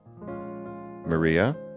Maria